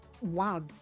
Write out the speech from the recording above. wow